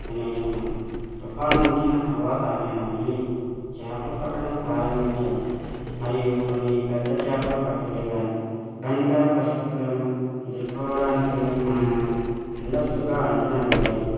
నిర్ణయించుకున్నాను తుఫాను వచ్చిన తర్వాత నేను మళ్ళీ చేపలు పట్టడం ప్రారంభించాను మరియు కొన్ని పెద్ద చేపలు పట్టగలిగాను ఇబ్బందికర పరిస్థితులను ఎదుర్కోవడానికి మనము ముందస్తుగా అంచనా వేయాలి